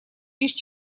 лишь